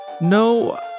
No